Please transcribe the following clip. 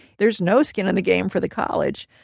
there's no skin in the game for the college,